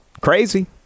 Crazy